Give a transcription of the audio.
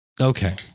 Okay